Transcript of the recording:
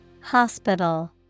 Hospital